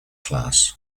class